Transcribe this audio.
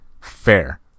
fair